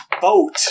boat